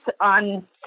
on